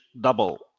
double